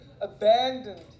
abandoned